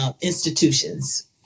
institutions